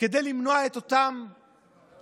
כדי למנוע את אותם פיגועים,